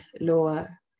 lower